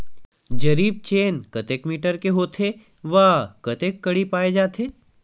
जरीब चेन कतेक मीटर के होथे व कतेक कडी पाए जाथे?